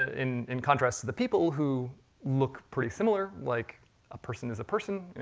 in in contrast, the people who look pretty similar, like a person is a person.